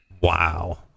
Wow